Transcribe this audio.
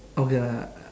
okay lah